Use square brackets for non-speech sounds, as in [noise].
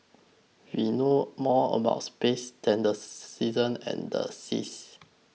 we know more about space than the [noise] seasons and the seas